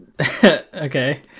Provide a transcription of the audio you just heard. Okay